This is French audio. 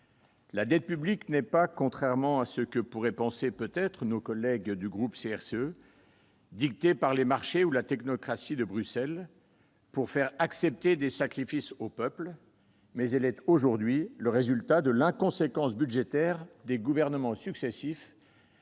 La dette publique n'est pas, contrairement à ce que peuvent peut-être penser nos collègues du groupe CRCE, dictée par les marchés ou la technocratie de Bruxelles pour faire accepter des sacrifices au peuple. Elle est le résultat de l'inconséquence budgétaire des gouvernements qui se